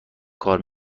کار